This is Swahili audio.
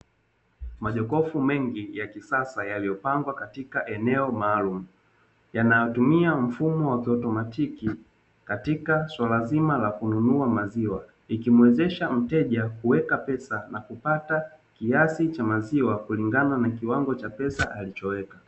Majokofu mengi ya kisasa yaliyopangwa katika eneo maalumu, yanayotumia mfumo wa kiotomatiki katika suala zima la kununua maziwa, ikimuwezesha mteja kuweka pesa na kupata kiasi cha maziwa, kulingana na kiwango cha pesa alichoweka.